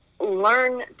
Learn